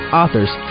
authors